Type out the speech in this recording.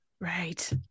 right